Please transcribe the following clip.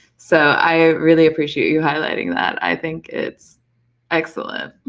so i really appreciate you highlighting that. i think it's excellent.